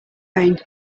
rain